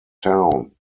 town